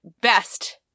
best